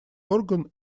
орган